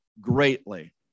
greatly